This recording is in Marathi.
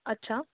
अच्छा